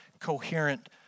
coherent